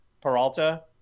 Peralta